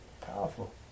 powerful